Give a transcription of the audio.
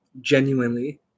genuinely